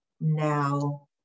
now